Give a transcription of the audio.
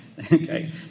Okay